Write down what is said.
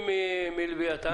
מחירים רכשתם מלווייתן?